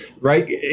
right